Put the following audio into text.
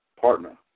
partner